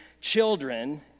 children